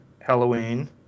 Halloween